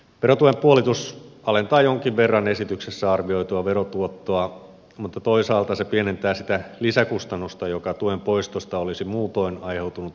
verotuen puolitus alentaa jonkin verran esityksessä arvioitua verotuottoa mutta toisaalta se pienentää sitä lisäkustannusta joka tuen poistosta olisi muutoin aiheutunut yhteiskunnalle